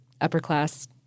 upper-class